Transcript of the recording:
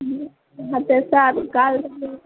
હમ હા તો સારું કાલ